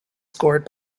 scored